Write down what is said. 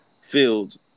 Fields